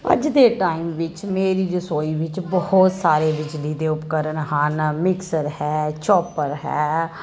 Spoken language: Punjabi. ਅੱਜ ਦੇ ਟਾਈਮ ਵਿੱਚ ਮੇਰੀ ਰਸੋਈ ਵਿੱਚ ਬਹੁਤ ਸਾਰੇ ਬਿਜਲੀ ਦੇ ਉਪਕਰਨ ਹਨ ਮਿਕਸਰ ਹੈ ਚੌਪਰ ਹੈ